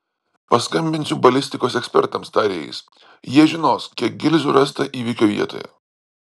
paskambinsiu balistikos ekspertams tarė jis jie žinos kiek gilzių rasta įvykio vietoje